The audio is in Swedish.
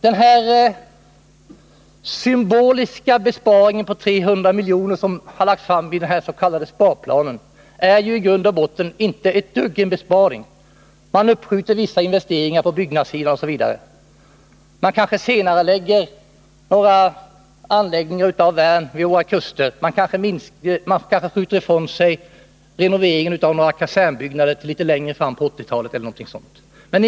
Den symboliska inbesparingen på 300 milj.kr. som återfinns i den s.k. sparplanen är ju i grund och botten inte alls någon besparing. Man uppskjuter vissa investeringar på byggnadssidan osv. Kanske senarelägger man byggandet av några värn vid våra kuster. Man skjuter kanske renoveringen av några kasernbyggnader till litet längre fram på 1980-talet.